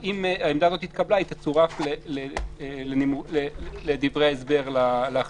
ואם העמדה הזאת התקבלה היא תצורף לדברי ההסבר להחלטה.